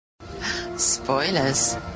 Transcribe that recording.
spoilers